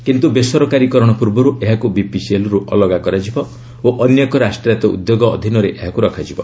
କିନ୍ତୁ ବେସରକାରୀକରଣ ପୂର୍ବରୁ ଏହାକୁ ବିପିସିଏଲ୍ରୁ ଅଲଗା କରାଯିବ ଓ ଅନ୍ୟ ଏକ ରାଷ୍ଟ୍ରାୟତ୍ତ ଉଦ୍ୟୋଗ ଅଧୀନରେ ଏହାକୁ ରଖାଯିବ